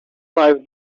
five